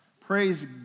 Praise